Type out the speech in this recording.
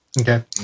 Okay